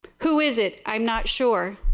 who is it? i am not sure.